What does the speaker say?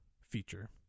feature